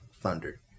thunder